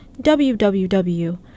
www